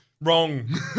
Wrong